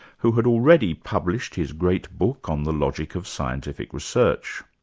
who had already published his great book on the logic of scientific research.